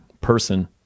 person